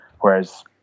whereas